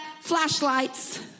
flashlights